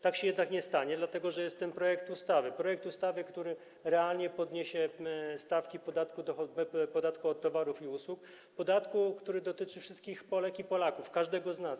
Tak się jednak nie stanie, dlatego że jest ten projekt ustawy - projekt ustawy, który realnie podniesie stawki podatku od towarów i usług, podatku, który dotyczy wszystkich Polek i Polaków, każdego z nas.